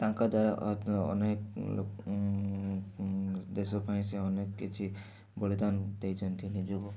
ତାଙ୍କ ଦ୍ୱାରା ଅନେକ ଲୋକ ଦେଶପାଇଁ ସେ ଅନେକ କିଛି ବଳିଦାନ ଦେଇଛନ୍ତି ନିଜକୁ